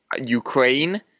Ukraine